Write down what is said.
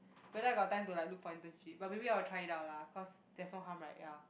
whether I got time to like look for internship but maybe I'll try it out lah cause there's no harm right ya